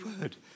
word